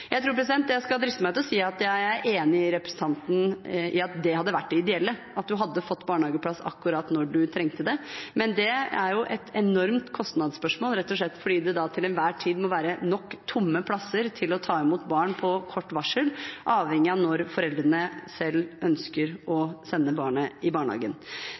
Jeg tror jeg skal driste meg til å si at jeg er enig med representanten i at det hadde vært det ideelle, at man hadde fått barnehageplass akkurat når man trengte det. Men det er et enormt kostnadsspørsmål, rett og slett fordi det da til enhver tid må være nok tomme plasser til å ta imot barn på kort varsel, avhengig av når foreldrene selv ønsker å sende barnet i barnehagen.